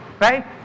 Right